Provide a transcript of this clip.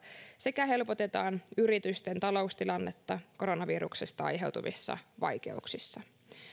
sekä helpotetaan yritysten taloustilannetta koronaviruksesta aiheutuvissa vaikeuksissa